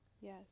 yes